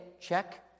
check